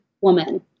woman